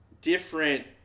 different